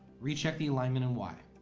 recheck the alignment in y.